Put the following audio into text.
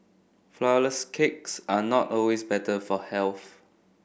flourless cakes are not always better for health